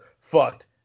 fucked